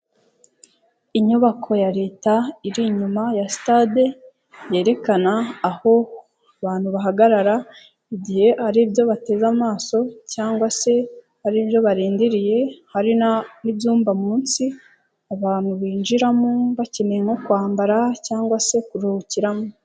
Inyubako ya leta iri inyuma ya sitade, yerekana aho, bantu bahagarara, igihe ari ibyo bateze amaso, cyangwa se aribyo barindiriye, hari n'ibyumba munsi abantu binjiramo bakeneye nko kwambara cyangwa se kuruhukiramo.